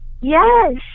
Yes